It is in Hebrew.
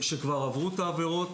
עברו את העבירות,